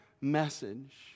message